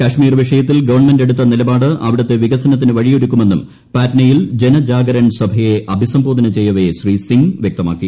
കാശ്മീർ വിഷയത്തിൽ ഗവൺമെന്റ് എടുത്തു നില്ചപാട് അവിടുത്തെ വികസനത്തിന് വഴിയൊരുക്കുമെന്നും പാട്നയിൽ ജനജാഗരൺ സഭയെ അഭിസംബോധന ചെയ്യവേ ശ്രീ സിങ് വ്യക്തമാക്കി